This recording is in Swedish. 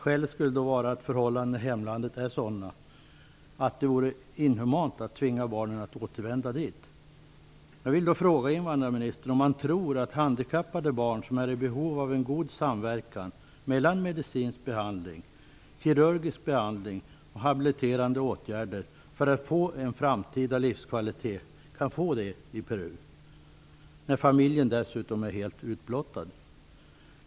Det skulle då gälla fall där förhållandena i hemlandet är sådana att det vore inhumant att tvinga barnen att återvända dit. Då vill jag fråga invandrarministern om han tror att handikappade barn som för sin framtida livskvalitet är i behov av en god samverkan mellan medicinsk behandling, kirugisk behandling och habiliterande åtgärder kan få detta i Peru. Familjen är dessutom helt utblottad.